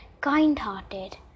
kind-hearted